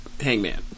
hangman